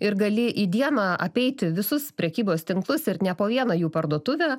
ir gali į dieną apeiti visus prekybos tinklus ir ne po vieną jų parduotuvę